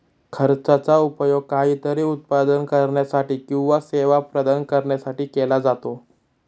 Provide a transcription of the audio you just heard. खर्चाचा उपयोग काहीतरी उत्पादन करण्यासाठी किंवा सेवा प्रदान करण्यासाठी केला जातो